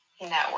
Network